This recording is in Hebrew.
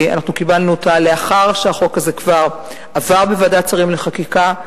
אנחנו קיבלנו אותה לאחר שהחוק הזה כבר עבר בוועדת שרים לחקיקה,